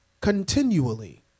continually